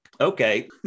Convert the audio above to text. okay